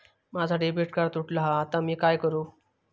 माझा debit card तुटला हा आता मी काय करू?